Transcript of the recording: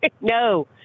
No